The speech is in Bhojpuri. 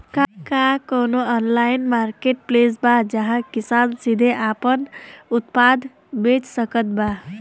का कउनों ऑनलाइन मार्केटप्लेस बा जहां किसान सीधे आपन उत्पाद बेच सकत बा?